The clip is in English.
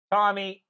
Tommy